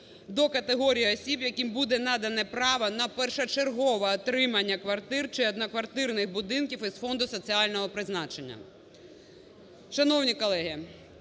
до категорії осіб, яким буде надано право на першочергове отримання квартир чи одноквартирних будинків із фонду соціального призначення.